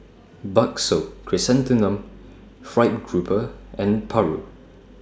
Bakso Chrysanthemum Fried Grouper and Paru